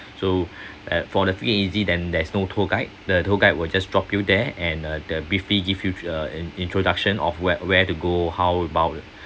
so uh for the free and easy then there is no tour guide the tour guide will just drop you there and uh they'll briefly give you uh an introduction of where where to go how about